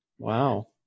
Wow